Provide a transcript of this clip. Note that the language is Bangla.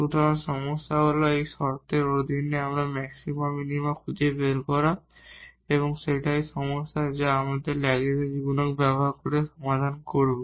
সুতরাং সমস্যা হল এই শর্তের অধীনে ম্যাক্সিমা মিনিমা খুঁজে বের করা এবং সেটাই সমস্যা যা আমরা ল্যাগরেঞ্জ মাল্টিপ্লায়ারLagrange's multiplier ব্যবহার করে সমাধান করব